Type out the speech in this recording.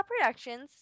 Productions